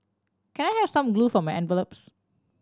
can I have some glue for my envelopes